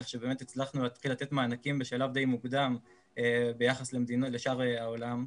כך שבאמת הצלחנו להתחיל לתת מענקים בשלב די מוקדם ביחס לשאר העולם.